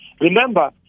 remember